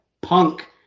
punk